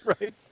right